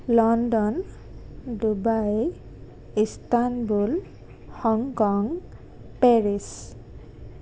London Dubai Istanbul Hong Kong Paris